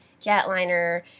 jetliner